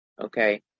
Okay